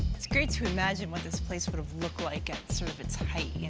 it's great to imagine what this place would have looked like at sort of its height,